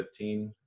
2015